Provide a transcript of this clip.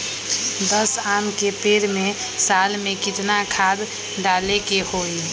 दस आम के पेड़ में साल में केतना खाद्य डाले के होई?